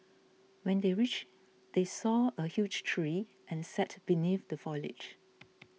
when they reached they saw a huge tree and sat beneath the foliage